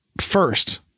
first